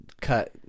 cut